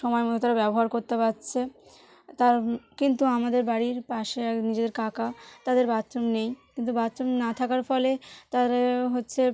সময় মতো তারা ব্যবহার করতে পারছে তার কিন্তু আমাদের বাড়ির পাশে এক নিজের কাকা তাদের বাথরুম নেই কিন্তু বাথরুম না থাকার ফলে তারা হচ্ছে